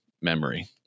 memory